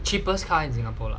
cheapest car in singapore lah